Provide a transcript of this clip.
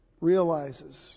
realizes